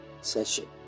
session